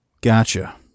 Gotcha